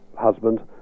husband